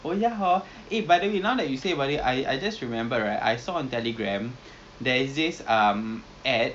actually we can two person share one [what] one person six piece six dollars okay sia right